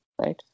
right